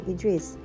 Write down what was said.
Idris